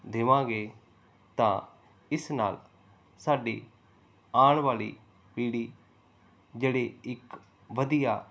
ਦੇਵਾਂਗੇ ਤਾਂ ਇਸ ਨਾਲ ਸਾਡੀ ਆਉਣ ਵਾਲੀ ਪੀੜੀ ਜਿਹੜੀ ਇੱਕ ਵਧੀਆ